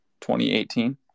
2018